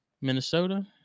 Minnesota